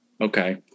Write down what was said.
Okay